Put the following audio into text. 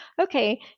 Okay